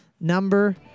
number